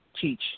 teach